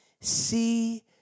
see